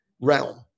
realm